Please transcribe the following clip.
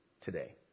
today